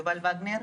יובל וגנר,